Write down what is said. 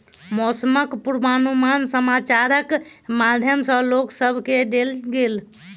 मौसमक पूर्वानुमान समाचारक माध्यम सॅ लोक सभ केँ देल गेल